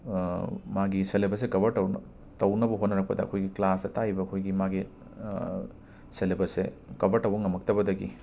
ꯃꯥꯒꯤ ꯁꯦꯂꯦꯕꯁꯁꯦ ꯀꯕꯔ ꯇꯧꯔꯛꯅ ꯇꯧꯅꯕ ꯍꯣꯠꯅꯔꯛꯄꯗ ꯑꯩꯈꯣꯏꯒꯤ ꯀ꯭ꯂꯥꯁꯇ ꯇꯥꯛꯏꯕ ꯑꯩꯈꯣꯏꯒꯤ ꯃꯥꯒꯤ ꯁꯦꯂꯦꯕꯁꯁꯦ ꯀꯕꯔ ꯇꯧꯕ ꯉꯝꯂꯛꯇꯕꯗꯒꯤ